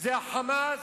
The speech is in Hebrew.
זה ה"חמאס",